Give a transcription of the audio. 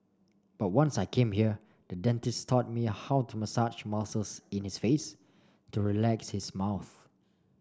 but once I came here the dentist taught me how to massage muscles in his face to relax his mouth